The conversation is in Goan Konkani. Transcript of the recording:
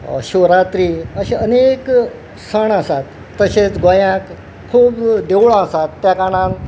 शिवरात्री अशे अनेक सण आसात तशेंच गोंयाक खूब देवळां आसात त्या कारणान